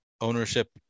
ownership